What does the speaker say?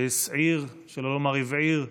שהסעיר, שלא לומר הבעיר,